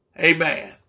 amen